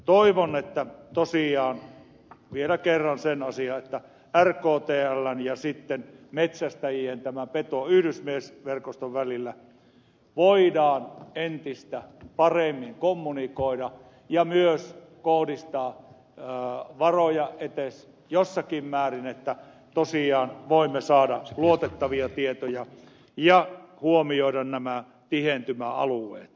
toivon tosiaan vielä kerran sitä asiaa että rktln ja metsästäjien petoyhdysmiesverkoston välillä voidaan entistä paremmin kommunikoida ja myös kohdistaa varoja edes jossakin määrin että tosiaan voimme saada luotettavia tietoja ja huomioida nämä tihentymäalueet